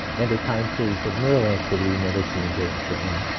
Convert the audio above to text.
and a time series of neural activity never seen during training,